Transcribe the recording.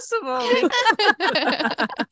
possible